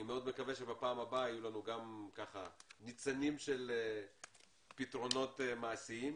אני מאוד מקווה שבפעם הבאה יהיו לנו גם ניצנים של פתרונות מעשיים.